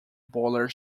boiler